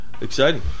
Exciting